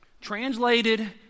translated